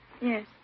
Yes